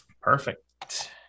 perfect